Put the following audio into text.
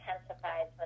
intensifies